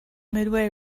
midway